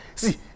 See